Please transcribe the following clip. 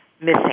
missing